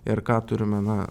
ir ką turime na